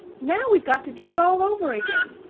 now, we've got to do it all over again.